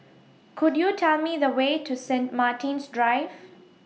Could YOU Tell Me The Way to Saint Martin's Drive